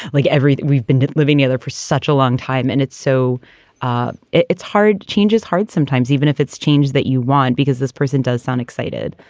like everything. we've been living there for such a long time. and it's so ah it's hard. change is hard sometimes, even if it's changed that you want because this person does sound excited.